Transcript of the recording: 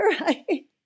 right